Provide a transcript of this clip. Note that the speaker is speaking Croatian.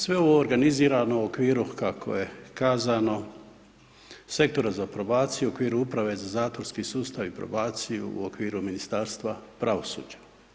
Sve ovo organizirano je u okviru kako je kazano, Sektora za probaciju u okviru Uprave za zatvorski sustav i probaciju u okviru Ministarstva pravosuđa.